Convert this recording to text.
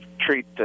treat